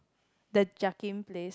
the place